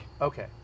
Okay